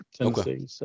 Okay